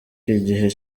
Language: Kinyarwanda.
igihe